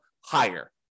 higher